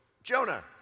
Jonah